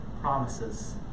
promises